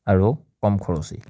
আৰু কম খৰচী